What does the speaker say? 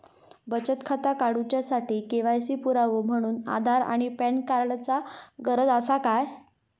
बचत खाता काडुच्या साठी के.वाय.सी पुरावो म्हणून आधार आणि पॅन कार्ड चा गरज आसा काय?